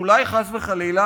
שאולי חס וחלילה